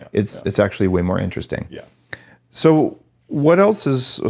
it's it's actually way more interesting yeah so what else is. ah